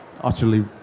utterly